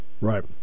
Right